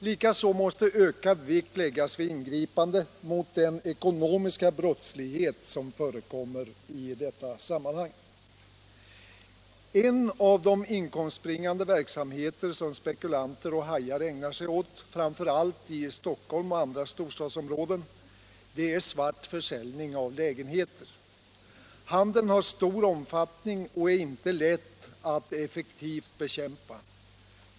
Likaså måste ökad vikt läggas vid ingripanden mot den ekonomiska brottslighet som förekommer härvidlag. En av de inkomstbringande verksamheter som spekulanter och hajar ägnar sig åt, framför allt i Stockholm och andra storstadsområden, är svart försäljning av lägenheter. Handeln har stor omfattning och är inte lätt att effektivt bekämpa.